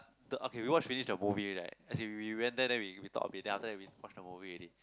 the okay we watch finish the movie right as in we went there then we we talk a bit then after that we watch the movie already